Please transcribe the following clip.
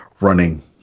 running